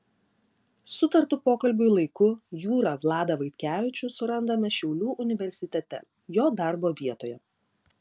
sutartu pokalbiui laiku jūrą vladą vaitkevičių surandame šiaulių universitete jo darbo vietoje